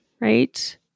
Right